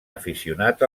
aficionat